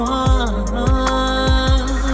one